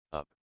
up